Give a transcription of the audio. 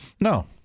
No